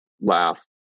last